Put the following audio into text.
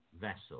vessel